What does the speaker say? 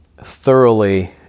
thoroughly